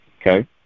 okay